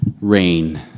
rain